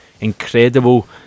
incredible